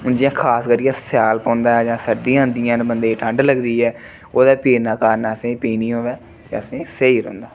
हून जियां खास करियै स्याल पौंदा ऐ जां सर्दियां होन्दियां न बंदे गी ठंड लगदी ऐ ओह्दे पीने दा कारण असेंगी पीनी होवै ते असेंगी स्हेई रौंह्दा